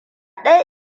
ɗaya